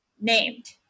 named